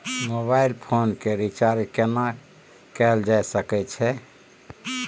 Mobile phone के recharge केना कैल जा सकै छै?